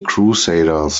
crusaders